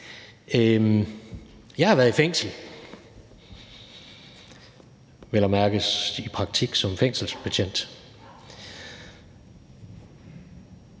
Jeg har været i fængsel – vel at mærke i praktik som fængselsbetjent.